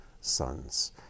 sons